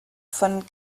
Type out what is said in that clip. von